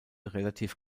relativ